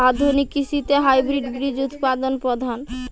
আধুনিক কৃষিতে হাইব্রিড বীজ উৎপাদন প্রধান